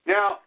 Now